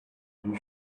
you